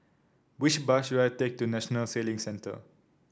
which bus should I take to National Sailing Centre